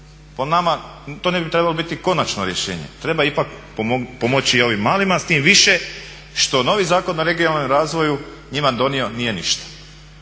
to ne bi trebalo biti konačno rješenje, treba ipak pomoći i ovim malima s tim više što novi Zakon o regionalnom razvoju njima donio nije ništa.